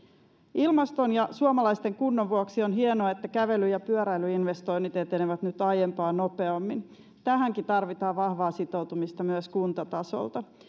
ilmaston ja suomalaisten kunnon vuoksi on hienoa että kävely ja pyöräilyinvestoinnit etenevät nyt aiempaa nopeammin tähänkin tarvitaan vahvaa sitoutumista myös kuntatasolta